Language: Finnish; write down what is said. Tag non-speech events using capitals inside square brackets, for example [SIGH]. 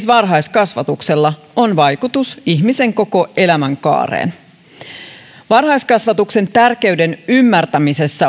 [UNINTELLIGIBLE] varhaiskasvatuksella on vaikutus ihmisen koko elämänkaareen varhaiskasvatuksen tärkeyden ymmärtämisessä [UNINTELLIGIBLE]